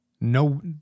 no